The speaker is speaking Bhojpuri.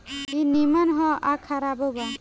ई निमन ह आ खराबो बा